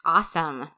Awesome